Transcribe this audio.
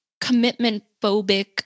commitment-phobic